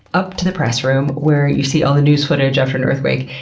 up to the press room where you see all the news footage after an earthquake,